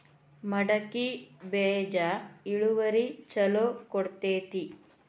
ಮಡಕಿ ಬೇಜ ಇಳುವರಿ ಛಲೋ ಕೊಡ್ತೆತಿ?